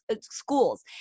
schools